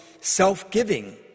self-giving